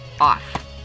off